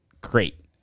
Great